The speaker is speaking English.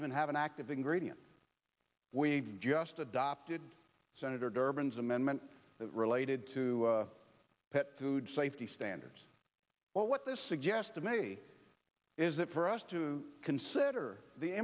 even have an active ingredient we just adopted senator durbin's amendment that related to pet food safety standards well what this suggests to me is that for us to consider the